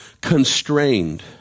constrained